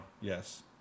Yes